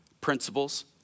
principles